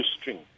string